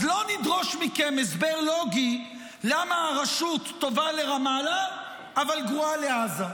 אז לא נדרוש מכם הסבר לוגי למה הרשות טובה לרמאללה אבל גרועה לעזה,